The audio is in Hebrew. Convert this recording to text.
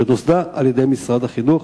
שנוסדה על-ידי משרד החינוך.